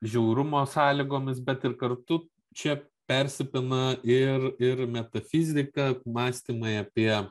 žiaurumo sąlygomis bet ir kartu čia persipina ir ir metafizika mąstymai apie